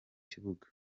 kibuga